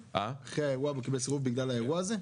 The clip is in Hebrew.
אף אחד לא אישר את האמירה הזו.